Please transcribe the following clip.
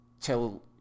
tell